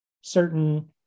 certain